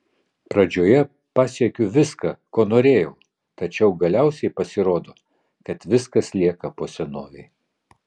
pradžioje pasiekiu viską ko norėjau tačiau galiausiai pasirodo kad viskas lieka po senovei